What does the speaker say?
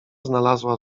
znalazła